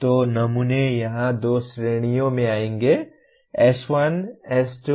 तो नमूने यहां दो श्रेणियों में आएंगे S1 S2 S3